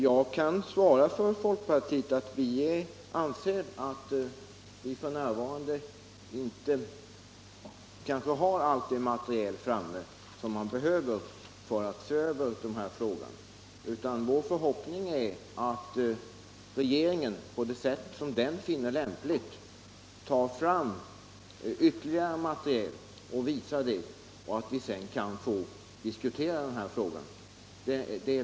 Jag kan svara för folkpartiet att vi anser oss f. n. inte ha allt det material som man kanske behöver för att se över dessa frågor, och vår förhoppning är därför att regeringen på sätt som den finner lämpligt tar fram ytterligare material och att vi sedan får diskutera frågan på nytt.